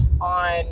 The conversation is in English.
on